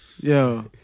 Yo